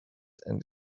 and